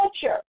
culture